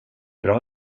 bra